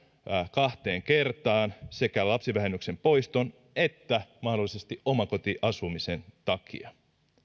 kahteen kertaan sekä lapsivähennyksen poiston että mahdollisesti omakotiasumisen takia